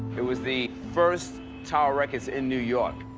it was the first tower records in new york.